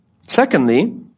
Secondly